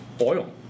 Oil